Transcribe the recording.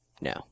No